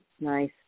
Nice